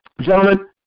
Gentlemen